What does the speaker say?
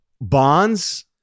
Bonds